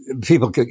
people